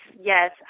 yes